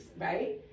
right